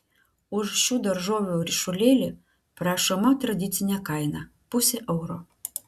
už šių daržovių ryšulėlį prašoma tradicinė kaina pusė euro